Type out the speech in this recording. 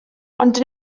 ond